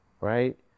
right